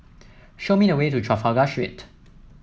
show me the way to Trafalgar Street